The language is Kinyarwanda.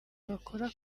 bakora